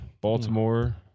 baltimore